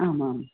आमाम्